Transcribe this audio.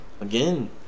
again